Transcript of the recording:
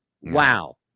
Wow